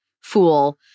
fool